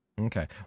Okay